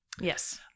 Yes